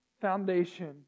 foundation